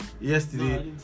yesterday